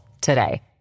today